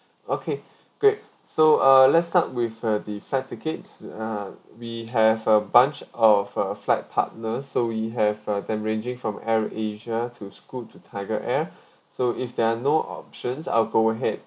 okay great so uh let's start with uh the flight tickets uh we have a bunch of uh flight partners so we have uh them ranging from air asia to scoot to tiger air so if there are no options I'll go ahead